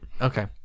Okay